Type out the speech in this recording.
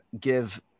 give